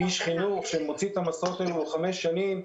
איש חינוך שמוציא את המסעות האלה כבר חמש שנים,